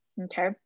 okay